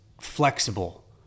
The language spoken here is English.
flexible